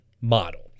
model